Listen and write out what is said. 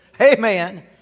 Amen